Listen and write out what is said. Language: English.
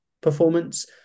performance